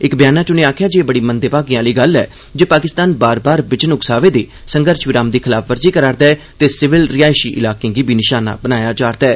इक ब्यानै च उनें आक्खेआ जे एह् बड़ी मंदे भागें आली गल्ल ऐ जे पाकिस्तान बार बार बिजन उक्सावे दे संघर्ष विराम दी खलाफवर्जी करै करदा ऐ ते सिविल रिहाइशी इलाकें गी बी नशाना बना करदा ऐ